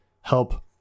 help